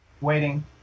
waiting